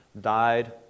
died